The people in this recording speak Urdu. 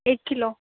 ایک کلو